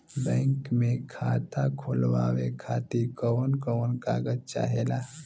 Bank मे खाता खोलवावे खातिर कवन कवन कागज चाहेला?